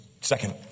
second